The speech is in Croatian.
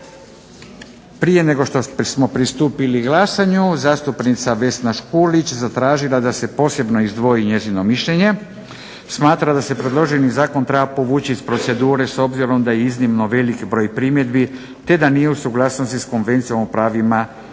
prije nego što smo pristupili glasanju zastupnica Vesna Škulić zatražila je da se posebno izdvoji njezino mišljenje. Smatra da se predloženi zakon treba povući iz procedure s obzirom da je iznimno veliki broj primjedbi te da je nije u suglasnosti s Konvencijom o pravima osoba